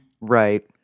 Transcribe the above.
Right